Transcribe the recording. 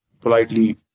politely